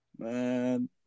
Man